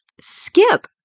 skip